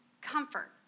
comfort